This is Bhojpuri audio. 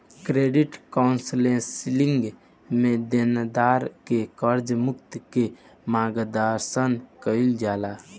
क्रेडिट कॉउंसलिंग में देनदार के कर्ज मुक्त के मार्गदर्शन कईल जाला